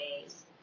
days